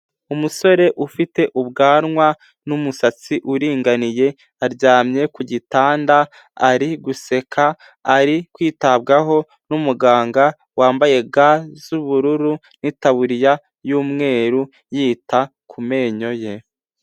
Umusore ufite ubwanwa n'umusatsi uringaniye, aryamye ku gitanda ari guseka ari kwitabwaho n'umuganga, wambaye ga z'ubururu n'itaburiya y'umweru yita ku menyo ye.